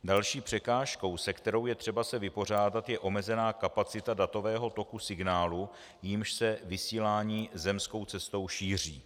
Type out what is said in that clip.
Další překážkou, s kterou je třeba se vypořádat, je omezená kapacita datového toku signálu, jímž se vysílání zemskou cestou šíří.